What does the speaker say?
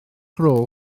rôl